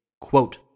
Quote